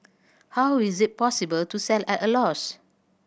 how is it possible to sell at a loss